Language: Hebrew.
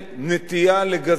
ואפילו גזענות לשמה,